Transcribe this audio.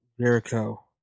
Jericho